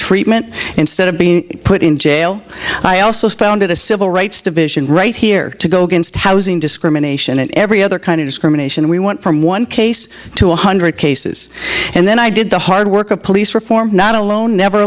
treatment instead of being put in jail i also founded a civil rights division right here to go against housing discrimination and every other kind of discrimination we went from one case to one hundred cases and then i did the hard work of police reform not alone never